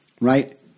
right